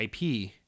IP